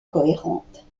cohérente